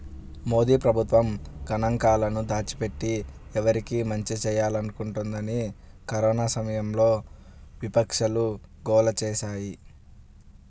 మోదీ ప్రభుత్వం గణాంకాలను దాచిపెట్టి, ఎవరికి మంచి చేయాలనుకుంటోందని కరోనా సమయంలో విపక్షాలు గోల చేశాయి